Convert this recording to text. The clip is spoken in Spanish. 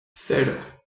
cero